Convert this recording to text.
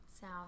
South